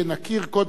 קודם כול,